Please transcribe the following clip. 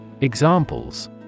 Examples